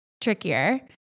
trickier